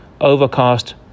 Overcast